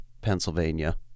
Pennsylvania